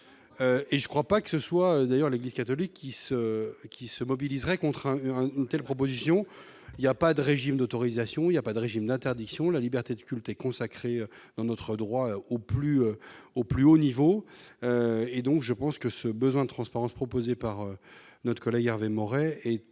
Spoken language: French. et je crois pas que ce soit d'ailleurs, l'Église catholique qui se qui se mobiliseraient contre un quelles propositions il y a pas de régime d'autorisation, il y a pas de régime d'interdiction, la liberté du culte est consacré dans notre droit au plus au plus haut niveau et donc je pense que ce besoin de transparence proposée par notre collègue Hervé Maurey, est